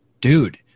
Dude